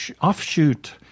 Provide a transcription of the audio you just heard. offshoot